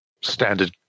standard